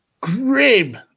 grim